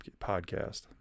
Podcast